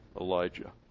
Elijah